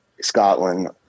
Scotland